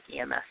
EMS